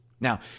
Now